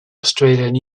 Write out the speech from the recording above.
australian